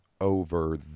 over